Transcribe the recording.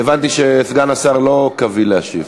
הבנתי שסגן השר לא קביל להשיב.